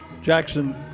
Jackson